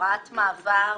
הוראת מעבר